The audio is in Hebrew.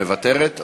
מוותרת?